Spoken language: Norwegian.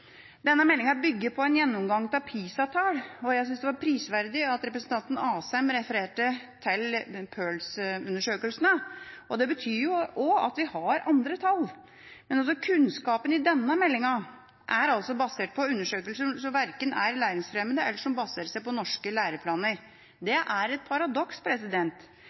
Denne meldinga bygger på en gjennomgang av PISA-tall. Jeg syns det var prisverdig at representanten Asheim refererte til PIRLS-undersøkelsen. Det betyr også at vi har andre tall. Kunnskapen i denne meldinga er altså basert på undersøkelser som verken er læringsfremmende eller som baserer seg på norske læreplaner. Det er et paradoks